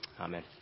Amen